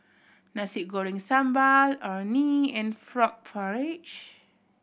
Nasi Goreng Sambal Orh Nee and frog porridge